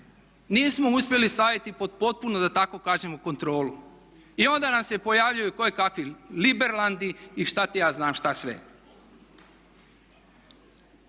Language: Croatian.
nismo uspjeli staviti pod potpunu da tako kažemo kontrolu. I onda nam se pojavljuju kojekakvi liberlandi i što ti ja znam što sve